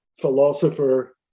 philosopher